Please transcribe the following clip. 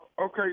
Okay